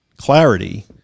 Clarity